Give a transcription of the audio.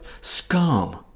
scum